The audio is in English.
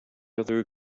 other